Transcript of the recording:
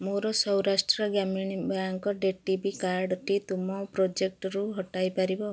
ମୋର Saurashtra Gramin bank debit କାର୍ଡ଼ଟି ତୁମେ ପେଜାପ୍ରୁ ହଟାଇପାରିବ